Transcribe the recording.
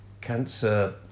cancer